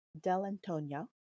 Delantonio